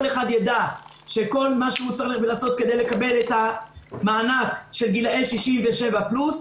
אחד יידע מה הוא צריך לעשות כדי לקבל את המענק של גילאי 67 פלוס,